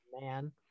man